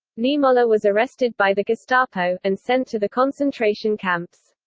niemoller was arrested by the gestapo, and sent to the concentration camps.